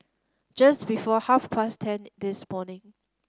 just before half past ten this morning